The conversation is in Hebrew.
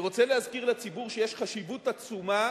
אני רוצה להזכיר לציבור שיש חשיבות עצומה